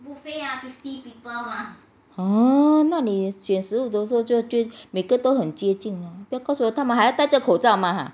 oo 那你选食物的时候就就每个人都很接近 then cause that time 还要戴着口罩吗 ha